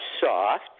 soft